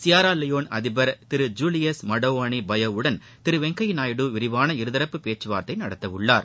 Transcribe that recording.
Sierra Leone அதிபர் Thiru Julius Maada Bio வுடன் திரு வெங்கையா நாயுடு விரிவான இருதரப்பு பேச்சுவார்த்தை நடத்தவுள்ளார்